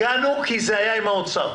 הגענו, כי זה היה עם האוצר.